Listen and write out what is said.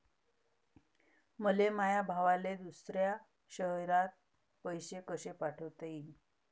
मले माया भावाले दुसऱ्या शयरात पैसे कसे पाठवता येईन?